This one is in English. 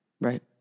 right